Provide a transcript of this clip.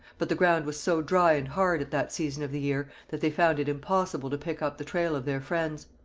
but the ground was so dry and hard at that season of the year that they found it impossible to pick up the trail of their friends.